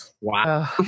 Wow